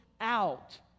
out